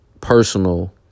personal